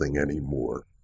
anymore